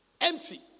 empty